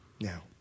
Now